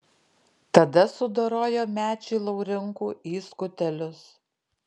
tada sudorojo mečį laurinkų į skutelius